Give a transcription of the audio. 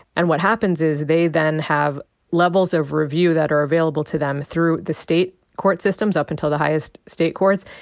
and what happens is they then have levels of review that are available to them through the state court systems up until the highest state courts.